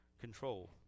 control